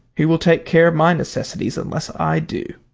who will take care of my necessities unless i do?